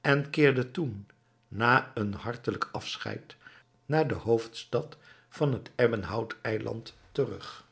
en keerde toen na een hartelijk afscheid naar de hoofdstad van het ebbenhout eiland terug